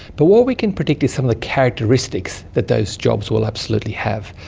but what we can predict is some of the characteristics that those jobs will absolutely have,